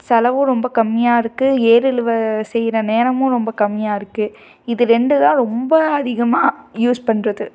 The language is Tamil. செலவும் ரொம்ப கம்மியாக இருக்குது ஏருழுவை செய்கிற நேரமும் ரொம்ப கம்மியாக இருக்குது இது ரெண்டுதான் ரொம்ப அதிகமாக யூஸ் பண்ணுறது